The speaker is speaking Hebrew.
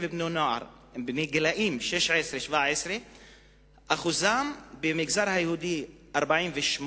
בני נוער בגיל 16 17. השיעור שלהם במגזר היהודי הוא 48.8%,